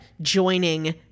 joining